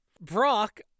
Brock